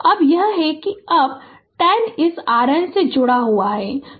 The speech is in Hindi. और अब यह कि अब 10 इस RN से जुड़ा हुआ है